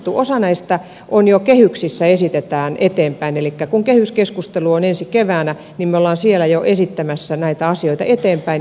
osaa näistä esitetään jo kehyksissä eteenpäin elikkä kun kehyskeskustelu on ensi keväänä niin me olemme siellä jo esittämässä näitä asioita eteenpäin